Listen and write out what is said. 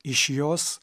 iš jos